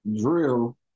drill